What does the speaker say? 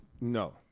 No